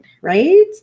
right